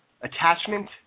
attachment